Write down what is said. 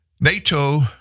NATO